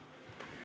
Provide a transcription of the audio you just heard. Kõik